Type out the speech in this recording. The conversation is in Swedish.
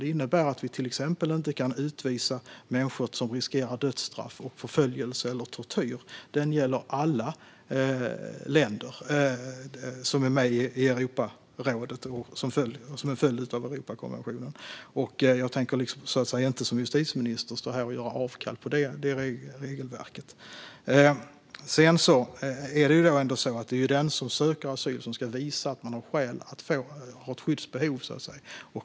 Det innebär att vi till exempel inte kan utvisa människor som riskerar dödsstraff, förföljelse eller tortyr. Det gäller alla länder som är med i Europarådet som en följd av Europakonventionen. Jag tänker inte som justitieminister stå här och göra avkall på det regelverket. Det är ändå så att det är den som söker asyl som ska visa att den har ett skyddsbehov.